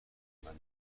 میخام